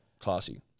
classy